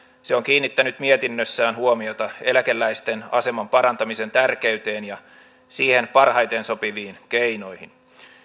se on kiinnittänyt mietinnössään huomiota eläkeläisten aseman parantamisen tärkeyteen ja siihen parhaiten sopiviin keinoihin